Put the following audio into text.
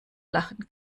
lachen